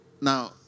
Now